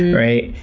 right?